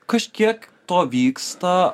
kažkiek to vyksta